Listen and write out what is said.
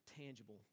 tangible